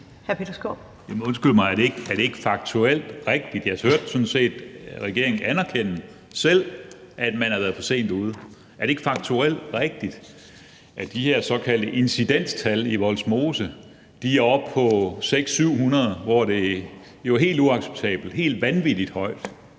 Er det ikke faktuelt rigtigt, at de her såkaldte incidenstal i Vollsmose er oppe på 600-700, og det er jo helt uacceptabelt og helt vanvittigt højt?